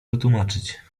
wytłumaczyć